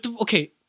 okay